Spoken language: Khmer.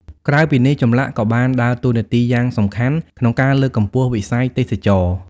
ក្រៅពីនេះ ចម្លាក់ក៏បានដើរតួនាទីយ៉ាងសំខាន់ក្នុងការលើកកម្ពស់វិស័យទេសចរណ៍។